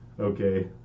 okay